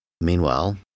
Meanwhile